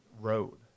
road